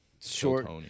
short